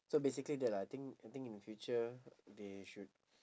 so basically that lah I think I think in the future they should